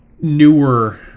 newer